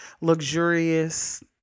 luxurious